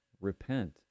repent